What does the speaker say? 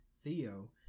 Theo